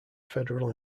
federal